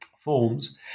forms